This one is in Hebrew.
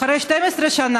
אחרי 12 שנה,